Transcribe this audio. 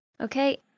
Okay